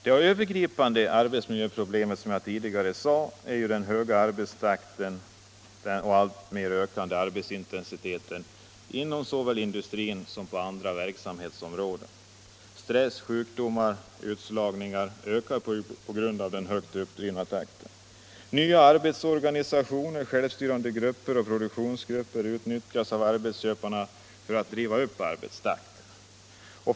De övergripande arbetsmiljöproblemen är, som jag tidigare nämnde, den höga arbetstakten och den alltmer ökande arbetsintensiteten såväl inom industrin som på andra verksamhetsområden. Stressjukdomar och utslagningar ökar på grund av den högt uppdrivna takten. Nya arbetsorganisationer, självstyrande grupper och produktionsgrupper utnyttjas av arbetsköparna för att driva upp arbetstakten.